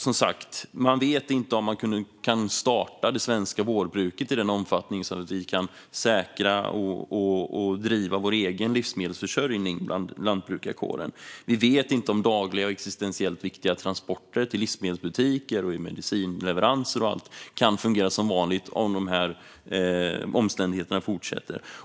Som sagt: I lantbrukarkåren vet de inte om de kan starta det svenska vårbruket i den omfattningen att vi kan säkra vår egen livsmedelsförsörjning. Vi vet inte om dagliga och existentiellt viktiga transporter till livsmedelsbutiker och medicinleveranser kan fungera som vanligt om dessa omständigheter fortsätter.